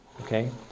Okay